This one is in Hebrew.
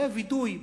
זה וידוי,